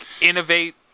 innovate